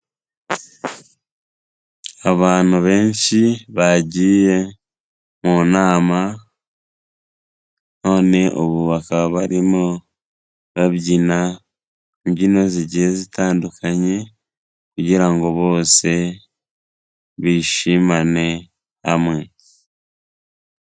Abantu benshi bagiye mu nama none ubu bakaba barimo babyina imbyino zigiye zitandukanye kugira ngo bose bishimane hamwe.